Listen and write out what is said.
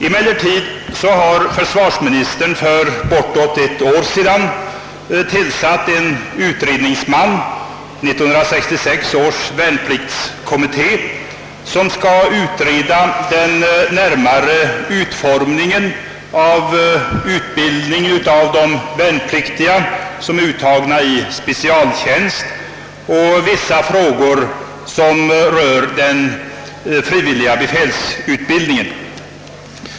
Emellertid har försvarsministern för bortåt ett år sedan tillsatt en utredningsman — 1966 års värnpliktskommitté — som skall utreda den närmare utformningen av utbildningen av de värnpliktiga som är uttagna till specialtjänst och vissa frågor som rör den frivilliga befälsutbildningen.